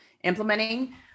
implementing